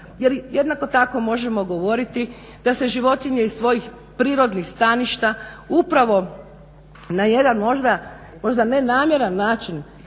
jer jednako tako možemo govoriti da se životinje iz svojih prirodnih staništa upravo na jedan možda nenamjeran način